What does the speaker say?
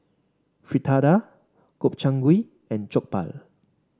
Fritada Gobchang Gui and Jokbal